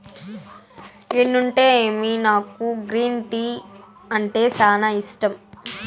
ఎన్నుంటేమి నాకు green tea అంటే సానా ఇష్టం